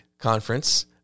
conference